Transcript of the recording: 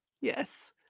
Yes